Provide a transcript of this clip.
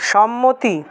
সম্মতি